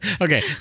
Okay